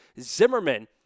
Zimmerman